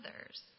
others